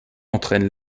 entraîne